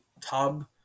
tub